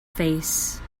face